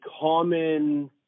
common